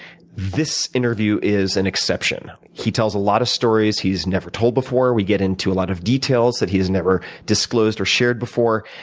this interview is an exception. he tells a lot of stories he's never told before. we get into a lot of details that he's never disclosed or shared before.